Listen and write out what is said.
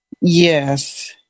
Yes